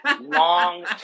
long